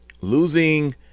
losing